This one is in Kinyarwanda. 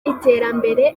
iterambere